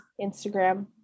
Instagram